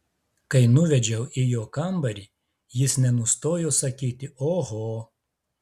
kai nuvedžiau į jo kambarį jis nenustojo sakyti oho